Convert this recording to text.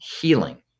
healing